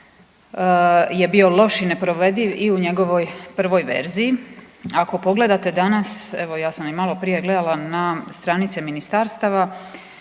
je bio loš i nepovrediv i u njegovoj prvoj verziji. Ako pogledate danas evo ja sam i malo prije gledala na stranice ministarstava